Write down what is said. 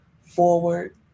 forward